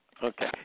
Okay